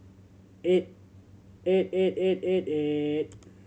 eight eight eight eight eight eight